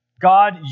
God